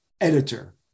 editor